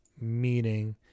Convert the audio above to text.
meaning